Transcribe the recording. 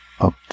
up